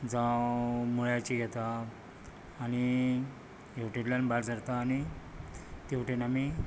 जावं मुळ्याची घेतात आनी हेवटेंतल्यान भायर सरतात आनी तेवटेन आमी